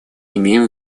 имеем